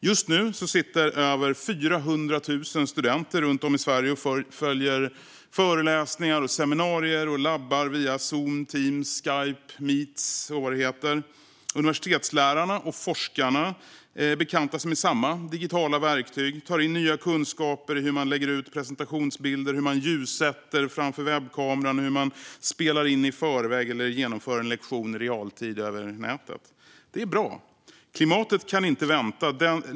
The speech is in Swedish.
Just nu sitter över 400 000 studenter runt om i Sverige och följer föreläsningar, seminarier och labbar via Zoom, Teams, Skype, Meet och allt vad det heter. Universitetslärarna och forskarna bekantar sig med samma digitala verktyg. De tar in nya kunskaper i hur man lägger ut presentationsbilder, hur man ljussätter framför webbkameran och hur man spelar in i förväg eller genomför en lektion i realtid över nätet. Det är bra. Klimatet kan inte vänta.